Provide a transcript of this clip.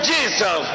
Jesus